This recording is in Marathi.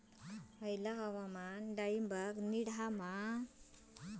हयला हवामान डाळींबाक नीट हा काय?